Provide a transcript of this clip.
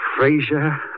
Frasier